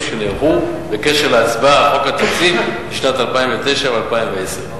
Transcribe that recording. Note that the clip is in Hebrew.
שנערכו בקשר להצבעה על חוק התקציב לשנים 2009 ו-2010.